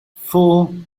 four